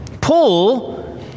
Paul